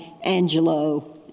Angelo